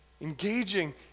Engaging